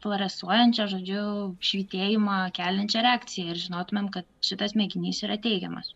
fluorescuojančią žodžiu švytėjimą keliančią reakciją ir žinotumėm kad šitas mėginys yra teigiamas